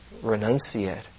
renunciate